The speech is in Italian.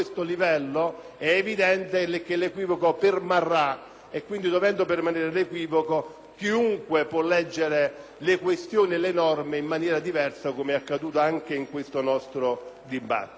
e, quindi, permanendo l'equivoco, chiunque può leggere le questioni e le norme in maniera diversa, come è accaduto anche in questo nostro dibattito. L'altra questione aperta